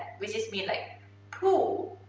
which is mean like poo,